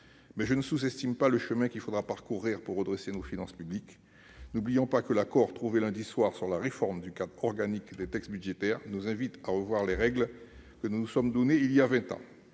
sous-estime pour autant pas le chemin qu'il faudra parcourir pour redresser nos finances publiques. L'accord trouvé lundi soir sur la réforme du cadre organique des textes budgétaires nous invite à revoir les règles que nous nous sommes données voilà vingt ans.